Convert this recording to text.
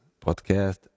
podcast